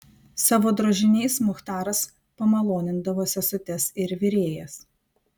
savo drožiniais muchtaras pamalonindavo sesutes ir virėjas